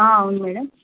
అవును మేడం